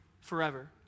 Forever